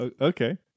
Okay